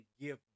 give